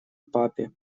папе